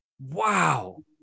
Wow